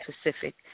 specific